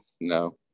No